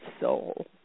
soul